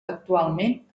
actualment